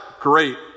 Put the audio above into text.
great